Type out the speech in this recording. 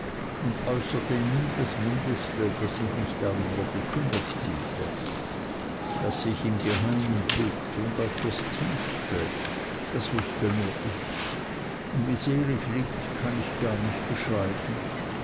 und äußerte nie das mindeste daß ich mich darüber bekümmert fühlte daß ich im geheimen litt und auf das tiefste das wußte nur ich und wie sehr ich litt kann ich gar nicht beschreiben